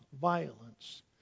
violence